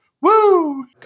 woo